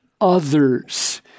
others